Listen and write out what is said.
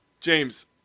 James